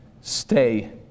Stay